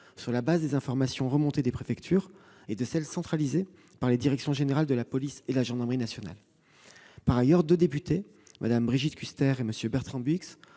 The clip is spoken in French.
sur la base des informations remontées des préfectures et de celles qui ont été centralisées par les directions générales de la police et de la gendarmerie nationales. Par ailleurs, deux députés, Mme Brigitte Kuster et M. Bertrand Bouyx,